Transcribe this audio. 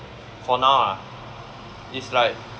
for now ah it's like